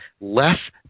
less